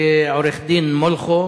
לעורך-דין מולכו